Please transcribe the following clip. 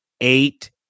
eight